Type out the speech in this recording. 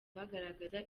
bagaragaza